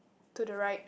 to the right